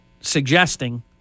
suggesting